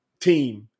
team